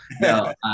No